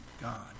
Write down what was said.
God